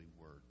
word